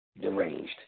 deranged